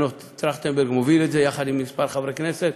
מנו טרכטנברג מוביל את זה יחד עם כמה חברי כנסת,